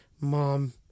Mom